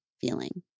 feeling